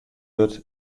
wurdt